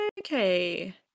Okay